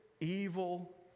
evil